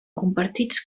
compartits